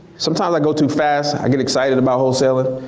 sometimes i go too fast i get excited about wholesaling.